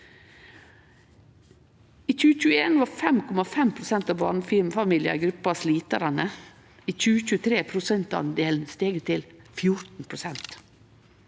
I 2021 var 5,5 pst. av barnefamiliar i gruppa «slitarane». I 2023 har prosentandelen stige til 14 pst.